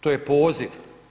To je poziv.